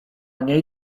niej